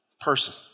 person